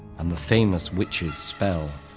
and the famous witches' spell,